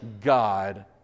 God